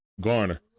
Garner